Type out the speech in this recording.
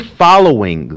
following